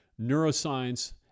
neuroscience